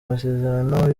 amasezerano